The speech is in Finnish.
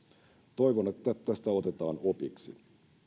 toivon että tästä otetaan opiksi